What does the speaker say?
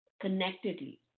connectedly